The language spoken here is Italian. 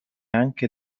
anche